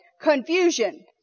confusion